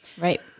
Right